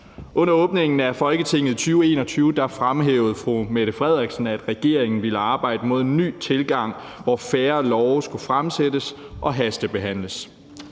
Under åbningen af Folketinget i 2021 fremhævede statsministeren, at regeringen ville arbejde for en ny tilgang, hvor færre love skulle fremsættes og hastebehandles.